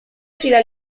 fila